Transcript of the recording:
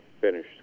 finished